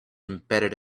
embedded